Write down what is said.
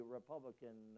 Republican